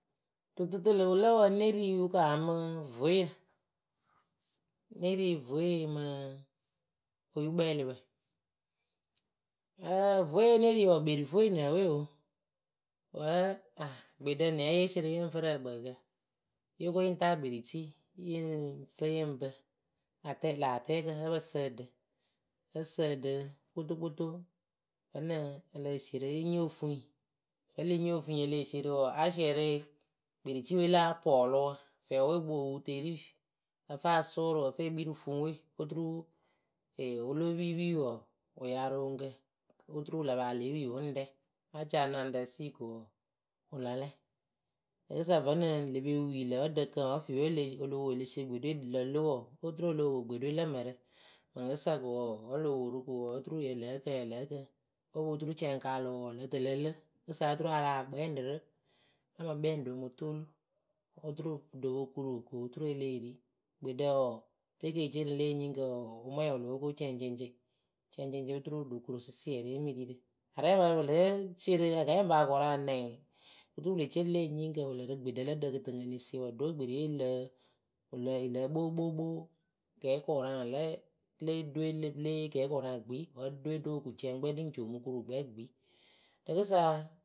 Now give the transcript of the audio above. tutɨtɨɨlɨ wǝ lǝ wǝ neri wɨ kaamɨ vueyǝ. Neri vue mɨ oyukpɛlɨpǝ. ǝǝ vueye neri wɔɔ kperivue ŋ nǝǝwe oo wǝ aŋ gbeɖǝ nɛ ye sierɨ yɨŋ fɨ rǝ ǝkpǝǝkǝ? yo ko yɨŋ ta ekpericii yɨŋ fɨ yɨŋ bǝ. atɛɛ lä atɛɛkǝ ǝ pǝ sǝɖǝ ǝ sǝdɨ kpotokpoto vǝnɨŋ e lée sierɨ e nyi ofuŋyi vǝ e le nyi ofuŋyi e lée sierɨ wɔɔ asɩɛrɩ kpericiiwe la pɔlʊwǝ fɛɛwe wɨ kpoopu wɨ teeri ǝfa sʊrʊ ǝ fe kpii rɨ fuŋwe oturu wɨle piipi wɔɔ wɨ yaroŋuŋkǝ oturu wɨla pa wɨle wi wɨŋ ɖɛ aca naŋɖǝ esi ko wɔɔ wɨla lɛ. Rɨkɨsa vǝnɨŋ le pe wi lǝ wǝ ɖǝ kǝŋ wǝ fiwe olo wo elesie gbeɖɨwe lǝ lɨ wɔɔ oturu o lóo wo gbeɖɨwe lǝ mǝrǝ mɨŋkɨsa ko wɔɔ wǝ olo worɨ kɔɔ oturu ya lǝ́ǝ kǝŋ ya lǝŋ opoturu cɛŋkalʊ wɔɔ lǝ tɨ lǝ lɨkɨsa otu a láa kpɛŋɖɨ rɨ amɨ kpɛŋɖɨ omutoolu oturu ɖopo kuru ko wɔɔ oturu e leh gbeɖǝ wɔɔ pekɨ etierɨ le enyiŋkǝ wɔɔ omwɛŋ wɨ lóo ko cɛŋ ceŋceŋ cɛŋ ceŋceŋ oturu lo kuru sɩsɩɛrɩ e mɨ rirɨ. arɛɛpǝ pɨ lée sierɨ akɛnyɔŋpɓ akʊraŋ, anɛŋ oturu pɨle tierɨ le enyiŋkǝ. wɨ lǝ lǝrɨ gbeɖǝ lǝ ɖǝ kɨtɨŋkǝ ne sie wǝ. ɖo ekperiye yɨ lǝ wɨ lǝ yɨ lǝ kpokpokpoo kɛkʊraŋ lǝ le ɖɨwe lée yee kɛkʊraŋ gbi wǝ ɖɨwe ɖo ku cɛŋwɨkpɛŋ lɨŋ ce mɨkuru rɨŋ kpɛ gbi. Rɨkɨsa